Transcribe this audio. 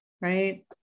right